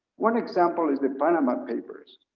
one example is the panama papers.